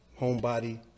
homebody